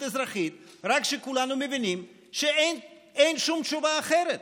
אזרחית רק כשכולנו מבינים שאין שום תשובה אחרת.